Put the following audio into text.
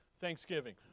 Thanksgiving